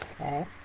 Okay